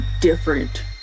different